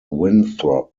winthrop